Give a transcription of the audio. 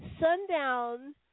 Sundown